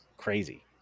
Crazy